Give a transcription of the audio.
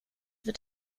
wird